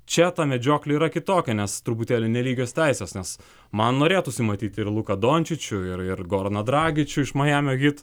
čia ta medžioklė yra kitokia nes truputėlį nelygios teisės nes man norėtųsi matyti ir luką dončičių ir ir goroną dragičių iš majamio hit